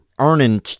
earning